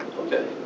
Okay